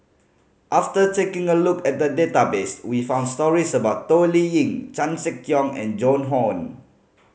after taking a look at the database we found stories about Toh Liying Chan Sek Keong and Joan Hon